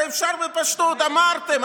הרי אפשר בפשטות, אמרתם.